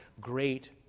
Great